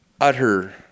utter